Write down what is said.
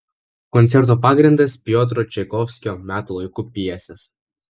koncerto pagrindas piotro čaikovskio metų laikų pjesės